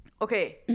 okay